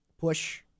push